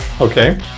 Okay